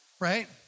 right